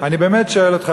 אני באמת שואל אותך,